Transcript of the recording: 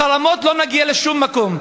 בחרמות לא נגיע לשום מקום.